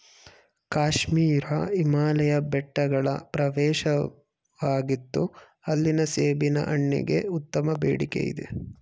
ಕಾಶ್ಮೀರ ಹಿಮಾಲಯ ಬೆಟ್ಟಗಳ ಪ್ರವೇಶವಾಗಿತ್ತು ಅಲ್ಲಿನ ಸೇಬಿನ ಹಣ್ಣಿಗೆ ಉತ್ತಮ ಬೇಡಿಕೆಯಿದೆ